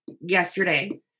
yesterday